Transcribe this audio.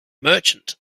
merchant